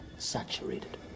saturated